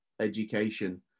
education